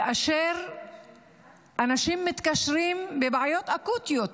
כאשר אנשים מתקשרים בבעיות אקוטיות,